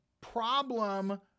problem